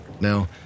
Now